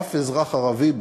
אף אזרח ערבי,